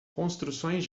construções